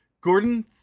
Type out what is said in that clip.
Gordon